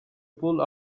pull